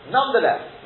Nonetheless